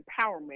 empowerment